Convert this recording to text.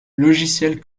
logiciel